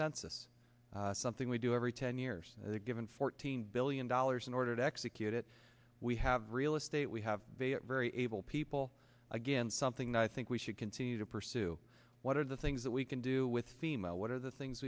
census something we do every ten years as a given fourteen billion dollars in order to execute it we have real estate we have a very able people again something that i think we should continue to pursue what are the things that we can do with female what are the things